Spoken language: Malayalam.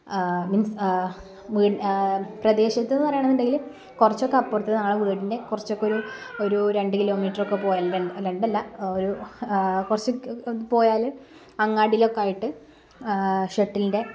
മീന്സ് പ്രദേശത്തുനിന്ന് പറയണെന്നുണ്ടെങ്കില് കുറച്ചൊക്കെ അപ്പുറത്ത് ഞങ്ങളുടെ വീടിന്റെ കുറച്ചൊക്കെയൊരു ഒരൂ രണ്ട് കിലോമീറ്ററക്കെ പോയാല് രണ്ടല്ല ഒരൂ കുറച്ചൊക്കെ പോയാല് അങ്ങാടിയിലൊക്കെയായിട്ട് ഷട്ടിലിന്റെ